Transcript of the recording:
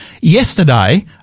Yesterday